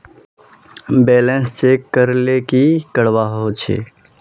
Balance check करले की करवा होचे?